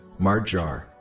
Marjar